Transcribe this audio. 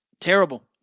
terrible